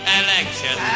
election